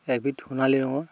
একবিধ সোণালী ৰংৰ